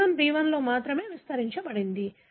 G1 B1 లో మాత్రమే విస్తరించబడింది